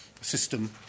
system